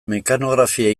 mekanografia